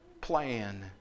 plan